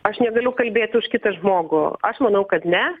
aš negaliu kalbėt už kitą žmogų aš manau kad ne